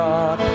God